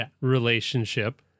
relationship